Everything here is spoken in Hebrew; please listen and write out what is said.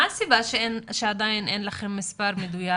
מה הסיבה שעדיין אין לכם מספר מדויק?